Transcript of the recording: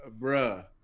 Bruh